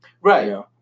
Right